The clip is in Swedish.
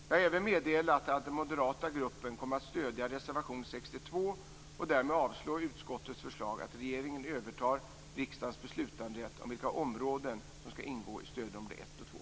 Jag har även meddelat att den moderata gruppen kommer att stödja reservation 62 och därmed avstyrka utskottets förslag att regeringen övertar riksdagens beslutanderätt om vilka områden som skall ingå i stödområdena 1 och 2.